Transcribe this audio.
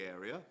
area